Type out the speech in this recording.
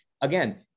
Again